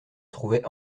trouvait